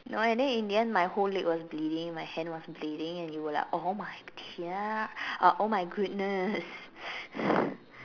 no and then in the end my whole leg was bleeding and my hand was bleeding and you were like oh my 天 uh oh my goodness